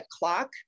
clock